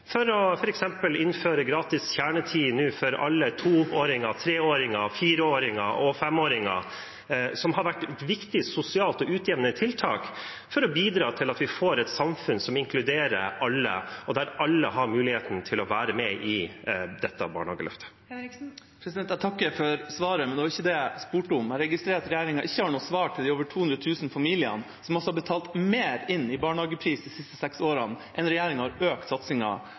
for f.eks. å innføre gratis kjernetid for alle toåringer, treåringer, fireåringer og femåringer, noe som har vært et viktig sosialt utjevnende tiltak for å bidra til at vi får et samfunn som inkluderer alle, og der alle har muligheten til å være med i dette barnehageløftet. Jeg takker for svaret, men det var ikke det jeg spurte om. Jeg registrerer at regjeringa ikke har noe svar til de 200 000 familiene som altså har betalt mer for barnehage de siste seks årene enn regjeringa har økt